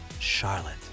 Charlotte